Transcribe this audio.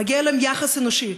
מגיע להם יחס אנושי.